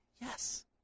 Yes